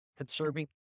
conserving